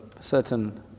certain